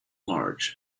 large